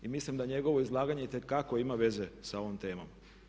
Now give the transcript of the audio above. I mislim da njegovo izlaganje itekako ima veze sa ovom temom.